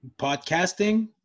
podcasting